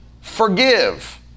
forgive